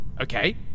Okay